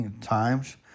times